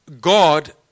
God